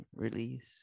Release